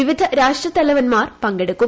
വിവിധ രാഷ്ട്ര തലവന്മാർ പങ്കെടുക്കും